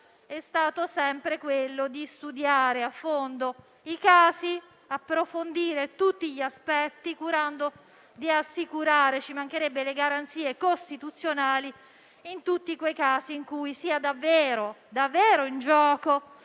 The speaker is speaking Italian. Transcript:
è stato sempre studiare a fondo i casi, approfondire tutti gli aspetti, curando di assicurare le garanzie costituzionali in tutti quei casi in cui siano davvero in gioco